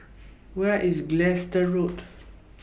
Where IS Gilstead Road